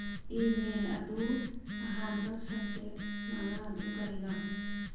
email ꯑꯗꯨ ꯑꯍꯥꯟꯕ subject ꯃꯉꯥꯗꯨ ꯀꯔꯤꯅꯣ